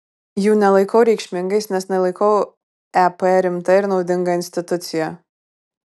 jų nelaikau reikšmingais nes nelaikau ep rimta ir naudinga institucija